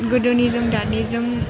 गोदोनिजों दानिजों